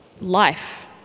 life